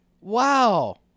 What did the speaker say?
Wow